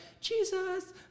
Jesus